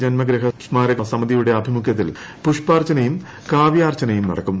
ജന്മഗൃഹ സ്മാരക സമിതിയുടെ ആഭിമുഖ്യത്തിൽ പുഷ്പാർച്ചനയും കാവ്യാർച്ചനയും നടക്കും